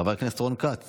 חבר הכנסת רון כץ